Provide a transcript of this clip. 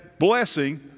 blessing